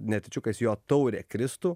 netyčiukais jo taurė kristų